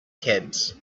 kids